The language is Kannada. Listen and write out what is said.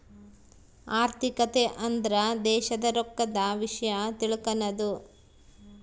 ಆರ್ಥಿಕತೆ ಅಂದ್ರ ದೇಶದ್ ರೊಕ್ಕದ ವಿಷ್ಯ ತಿಳಕನದು